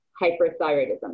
hyperthyroidism